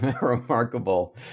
remarkable